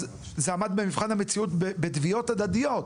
אז זה עמד במבחן המציאות בתביעות הדדיות?",